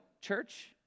church